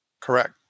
Correct